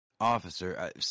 officer